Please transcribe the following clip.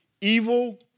Evil